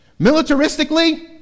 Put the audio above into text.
Militaristically